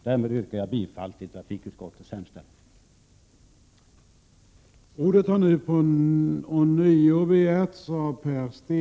Därmed yrkar jag bifall till trafikutskottets hemställan.